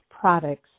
products